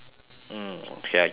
okay I get what you mean